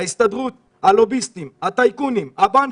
ההסתדרות, הלוביסטים, הטייקונים, הבנקים,